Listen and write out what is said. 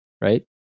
right